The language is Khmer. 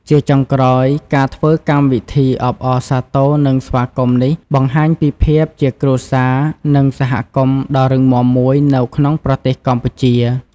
ជាចុងក្រោយ ការធ្វើកម្មវិធីអបអរសាទរ និងស្វាគមន៍នេះបង្ហាញពីភាពជាគ្រួសារ និងសហគមន៏ដ៏រឹងមាំមួយនៅក្នុងប្រទេសកម្ពុជា។